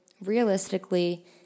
realistically